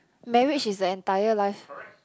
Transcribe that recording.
marriage is the entire life